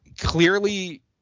clearly